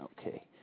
Okay